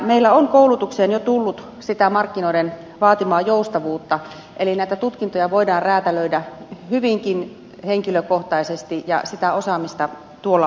meillä on koulutukseen jo tullut sitä markkinoiden vaatimaa joustavuutta eli näitä tutkintoja voidaan räätälöidä hyvinkin henkilökohtaisesti ja sitä osaamista tuolla on